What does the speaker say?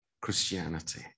Christianity